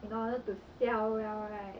in order to sell well right